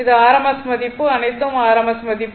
இது rms மதிப்பு அனைத்தும் rms மதிப்பு